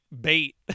bait